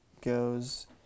goes